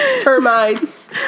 termites